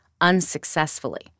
unsuccessfully